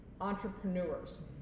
entrepreneurs